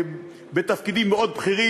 בתפקידים מאוד בכירים,